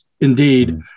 indeed